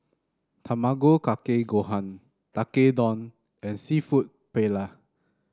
Tamago Kake Gohan Tekkadon and seafood Paella